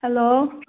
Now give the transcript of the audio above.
hello